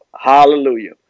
Hallelujah